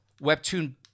Webtoon